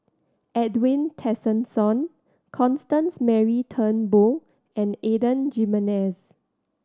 Edwin Tessensohn Constance Mary Turnbull and Adan Jimenez